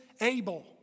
able